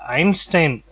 Einstein